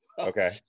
okay